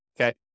Okay